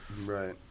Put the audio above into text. Right